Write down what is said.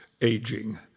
aging